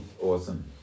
awesome